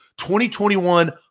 2021